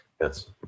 Yes